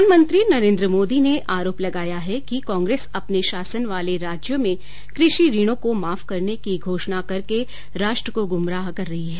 प्रधानमंत्री नरेन्द्र मोदी ने आरोप लगाया है कि कांग्रेस अपने शासन वाले राज्यों में कृषि ऋणों को माफ करने की घोषणा करके राष्ट्र को गुमराह कर रही है